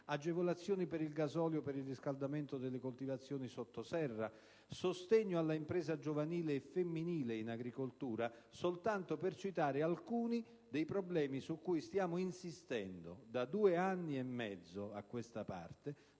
agevolazioni per il gasolio per il riscaldamento delle coltivazioni sotto serra; sostegno all'impresa giovanile e femminile in agricoltura, solo per citare alcuni dei problemi su cui stiamo insistendo da due anni e mezzo a questa parte,